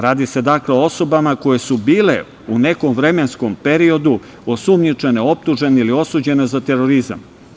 Radi se, dakle, o osobama koje su bile u nekom vremenskom periodu osumnjičene, optužene ili osuđene za terorizam.